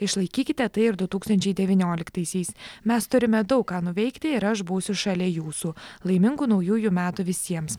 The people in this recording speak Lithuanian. išlaikykite tai ir du tūkstančiai devynioliktaisiais mes turime daug ką nuveikti ir aš būsiu šalia jūsų laimingų naujųjų metų visiems